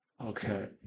Okay